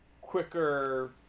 quicker